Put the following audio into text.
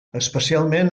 especialment